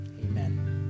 Amen